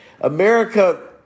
America